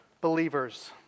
believers